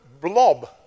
blob